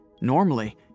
Normally